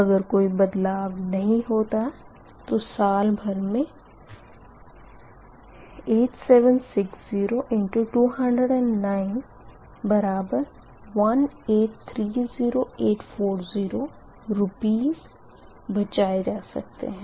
अगर कोई बदलाव नही होता है तो साल भर मे 8760×2091830840 Rs रुपए बचाए जा सकते है